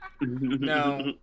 No